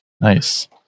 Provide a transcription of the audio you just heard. Nice